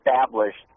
established